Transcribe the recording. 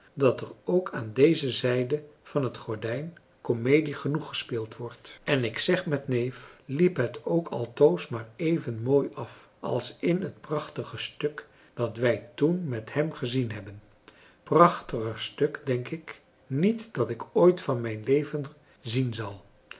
dat er ook aan deze zijde van het gordijn komedie genoeg gespeeld wordt en ik zeg met neef liep het ook altoos maar even mooi af als in het prachtige stuk dat wij toen met hem gezien hebben prachtiger stuk denk ik niet dat ik ooit van mijn leven zien zal